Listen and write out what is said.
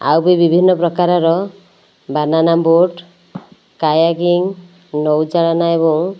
ଆଉ ବି ବିଭିନ୍ନ ପ୍ରକାରର ବନାନା ବୋଟ୍ କାୟାକିଙ୍ଗ ନୌଚାଳନା ଏବଂ